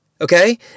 Okay